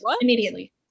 immediately